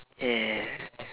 yeah